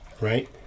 right